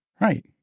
Right